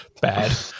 Bad